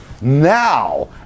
now